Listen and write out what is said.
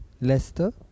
Leicester